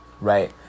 Right